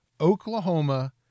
Oklahoma